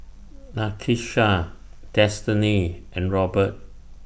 Nakisha Destiny and Robert